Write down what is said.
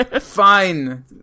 Fine